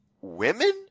women